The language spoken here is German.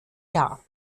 jahr